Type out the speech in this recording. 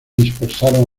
dispersaron